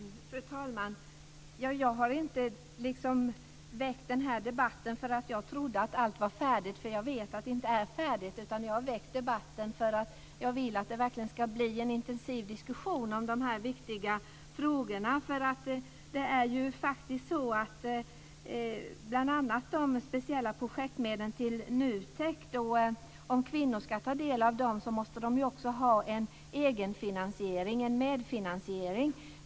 Fru talman! Jag har inte väckt debatten i tron att allting var färdigt - jag vet att det inte är färdigt - utan jag har väckt debatten därför att jag vill att det verkligen ska bli en intensiv diskussion om de här viktiga frågorna. Bl.a. gäller det de speciella projektmedlen till NUTEK. Om kvinnor ska ta del av dem måste de också ha en egenfinansiering, en medfinansiering.